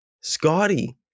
scotty